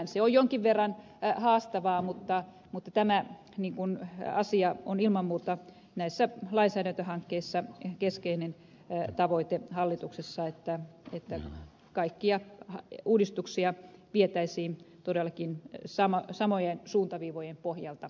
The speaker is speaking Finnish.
se on jonkin verran haastavaa mutta tämä asia on ilman muuta näissä lainsäädäntöhankkeissa keskeinen tavoite hallituksessa että kaikkia uudistuksia vietäisiin todellakin samojen suuntaviivojen pohjalta